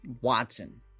Watson